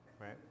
right